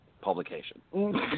publication